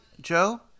Joe